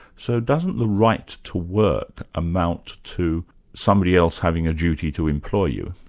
so doesn't the right to work amount to somebody else having a duty to employ you,